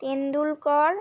Tendulkar